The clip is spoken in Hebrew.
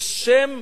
כשם